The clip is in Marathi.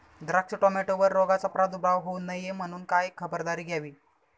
द्राक्ष, टोमॅटोवर रोगाचा प्रादुर्भाव होऊ नये म्हणून काय खबरदारी घ्यावी?